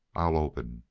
i'll open.